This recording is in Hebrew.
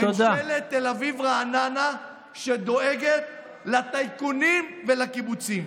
ממשלת תל אביב-רעננה שדואגת לטייקונים ולקיבוצים.